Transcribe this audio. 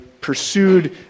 pursued